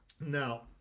Now